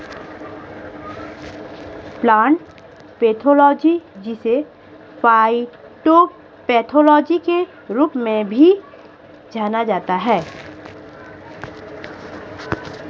plant pathology जिसे phytopathology के रूप में भी जाना जाता है